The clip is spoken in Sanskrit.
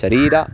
शरीरं